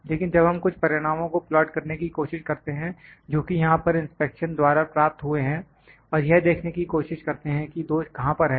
लेकिन जब हम कुछ परिणामों को प्लाट करने की कोशिश करते हैं जो कि यहां पर इंस्पेक्शन द्वारा प्राप्त हुए हैं और यह देखने की कोशिश करते हैं कि दोष कहां पर है